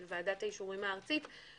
של ועדת האישורים הארצית שלהזכירכם,